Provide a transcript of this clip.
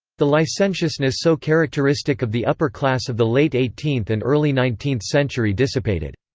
the licentiousness so characteristic of the upper class of the late eighteenth and early nineteenth century dissipated.